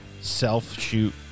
Self-shoot